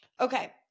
Okay